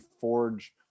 forge